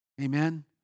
Amen